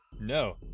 no